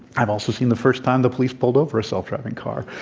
i've also seen the first time the police pulled over a self-driving car,